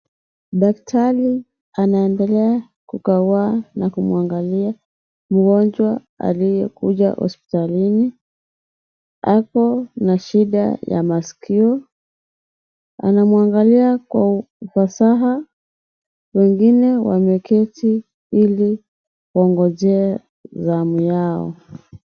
Hatari anaendelea kukagua na kumwangalia mgonjwa aliyekuja hospitalini, ako na shida ya masikio. Wanamwangalia kwa fasaha wengine wameketi ili wangoje zamu yao.